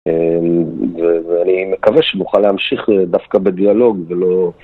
ואני מקווה שהוא יוכל להמשיך דווקא בדיאלוג ולא...